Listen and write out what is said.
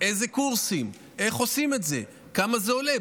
איזה קורסים, אין עושים את זה, כמה זה עולה.